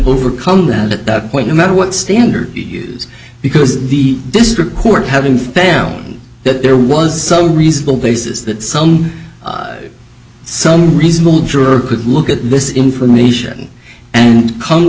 overcome that at that point no matter what standard use because the district court having found that there was some reasonable basis that some some reasonable juror could look at this information and come